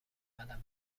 قلمه